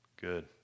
Good